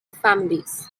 families